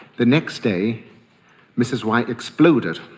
the next day mrs y exploded,